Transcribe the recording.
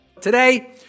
Today